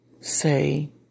say